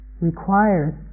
requires